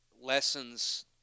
lessons